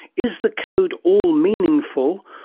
is the code all meaningful,